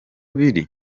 biri